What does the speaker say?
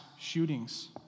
shootings